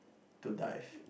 to dive